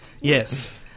Yes